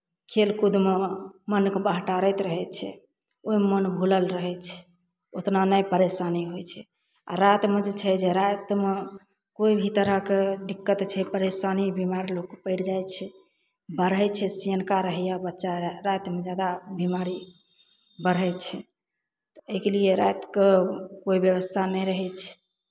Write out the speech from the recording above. खेलकूदमे मनके बहटारैत रहै छै ओहिमे भुलल रहै छै उतना नहि परेशानी होइ छै आ रातिमे छै जे रातिमे कोइ भी तरहके दिक्कत छै परेशानी बिमार लोकके पड़ि जाइ छै बढ़ै छै सयनका रहय या बच्चा रहय रातिमे जादा बिमारी बढ़ै छै एहिके लिए रातिकेँ कोइ व्यवस्था नहि रहै छै